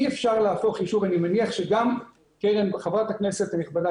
אי אפשר להפוך ישוב אני מניח שגם חברת הכנסת הנכבדה